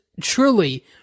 truly